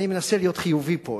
אני מנסה להיות חיובי פה,